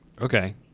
Okay